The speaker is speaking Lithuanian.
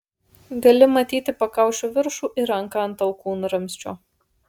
gali matyti pakaušio viršų ir ranką ant alkūnramsčio